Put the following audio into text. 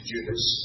Judas